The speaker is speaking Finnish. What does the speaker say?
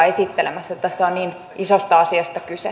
tässä on niin isosta asiasta kyse